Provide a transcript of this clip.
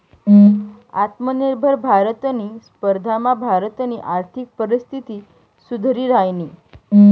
आत्मनिर्भर भारतनी स्पर्धामा भारतनी आर्थिक परिस्थिती सुधरि रायनी